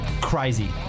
crazy